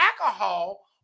alcohol